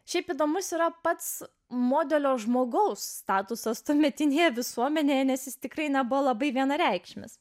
šiaip įdomus yra pats modelio žmogaus statusas tuometinėje visuomenėje nes jis tikrai nebuvo labai vienareikšmis